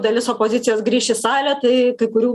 dalis opozicijos grįš į salę tai kai kurių